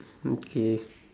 okay